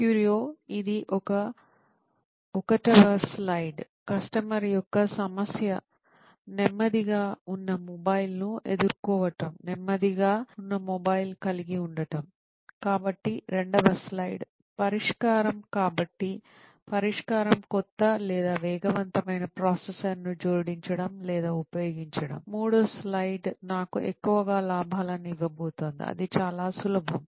క్యూరియో ఇది ఒకటవ slide customer యొక్క సమస్య నెమ్మదిగా ఉన్న మొబైల్ను ఎదుర్కోవటం నెమ్మదిగా ఉన్న మొబైల్ కలిగి ఉండటం కాబట్టి రెండవ స్లైడ్ పరిష్కారం కాబట్టి పరిష్కారం కొత్త లేదా వేగవంతమైన ప్రాసెసర్ను జోడించడం లేదా ఉపయోగించడం మూడు స్లైడ్ నాకు ఎక్కువ లాభాలను ఇవ్వబోతోంది అది చాలా సులభం